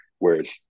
Whereas